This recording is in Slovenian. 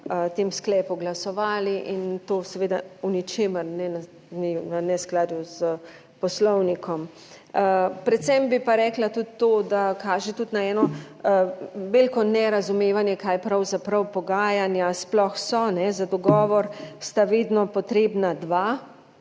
o tem sklepu, glasovali in to seveda v ničemer ni v neskladju s poslovnikom. Predvsem bi pa rekla tudi, da to kaže tudi na eno veliko nerazumevanje, kaj pravzaprav pogajanja sploh so. Za dogovor sta vedno potrebna dva